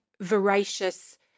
voracious